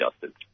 justice